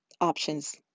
options